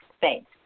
Thanks